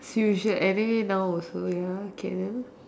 you should anyway now also ya okay